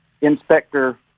inspector